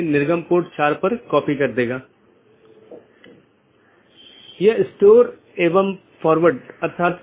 BGP किसी भी transport layer का उपयोग नहीं करता है ताकि यह निर्धारित किया जा सके कि सहकर्मी उपलब्ध नहीं हैं या नहीं